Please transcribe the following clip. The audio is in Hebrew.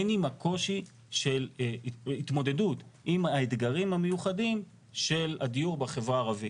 הן עם הקושי של התמודדות עם האתגרים המיוחדים של הדיור בחברה הערבית.